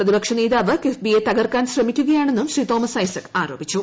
പ്രതിപക്ഷനേതാവ് കിഫ് ബി യെ തകർക്കാൻ ശ്രമിക്കുകയാണെന്നും ശ്രീ തോമസ് ഐസക് ആരോപിച്ചു